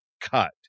cut